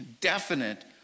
definite